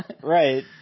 Right